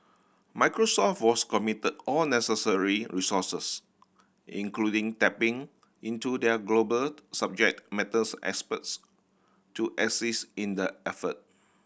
Microsoft was committed all necessary resources including tapping into their global subject matters experts to assist in the effort